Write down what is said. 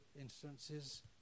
instances